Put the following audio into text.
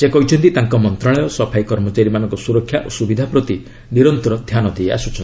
ସେ କହିଛନ୍ତି ତାଙ୍କ ମନ୍ତ୍ରଣାଳୟ ସଫାଇ କର୍ମଚାରୀମାନଙ୍କ ସୁରକ୍ଷା ଓ ସୁବିଧା ପ୍ରତି ନିରନ୍ତର ଧ୍ୟାନ ଦେଇଆସ୍ତୁଛି